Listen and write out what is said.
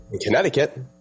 Connecticut